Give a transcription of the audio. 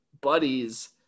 buddies